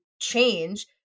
change